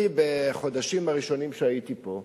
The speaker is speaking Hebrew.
אני, בחודשים הראשונים שהייתי פה,